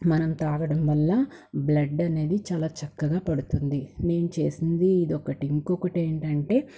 మనం త్రాగడం వల్ల బ్లడ్ అనేది చాలా చక్కగా పడుతుంది నేను చేసింది ఇదొకటి ఇంకొకటేంటంటే